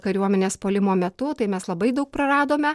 kariuomenės puolimo metu tai mes labai daug praradome